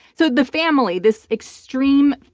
so the family, this extreme,